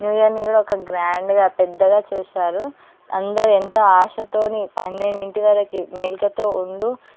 new ఇయర్ని కూడా ఒక గ్రాండ్గా పెద్దగా చేశారు అందరూ ఎంతో ఆశతో పన్నెండింటి వరకు మేలుకతో ఉండు